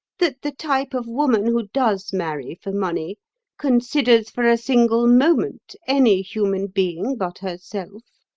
that the type of woman who does marry for money considers for a single moment any human being but herself?